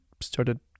started